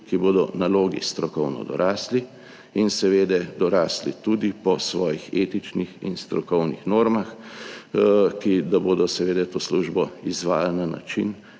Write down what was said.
ki bodo nalogi strokovno dorasli in seveda dorasli tudi po svojih etičnih in strokovnih normah, ki bodo to službo izvajali na način,